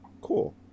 Cool